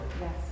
Yes